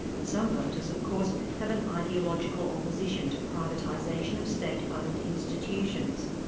and some voters of course, have an ideological opposition to privatisation of state owned institutions.